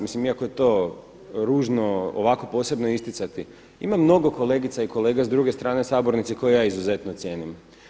Mislim iako je to ružno ovako posebno isticati, ima mnogo kolegica i kolega s druge strane sabornice koje ja izuzetno cijenim.